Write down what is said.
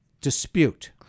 dispute